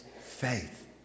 faith